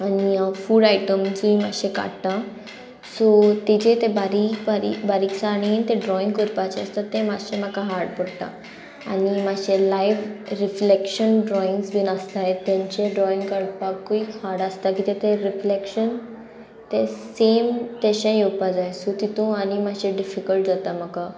आनी फूड आयटम्सूय मातशें काडटा सो तेजे ते बारीक बारीक बारीकसाणेन तें ड्रॉइंग करपाचें आसता तें मातशें म्हाका हार्ड पडटा आनी मातशें लायव्ह रिफ्लेक्शन ड्रॉइंग्स बीन आसताय तेंचे ड्रॉइंग काडपाकूय हार्ड आसता की ते रिफ्लेक्शन ते सेम तेशें येवपा जाय सो तितू आनी मातशें डिफिकल्ट जाता म्हाका